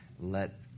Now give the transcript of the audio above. let